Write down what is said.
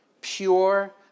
pure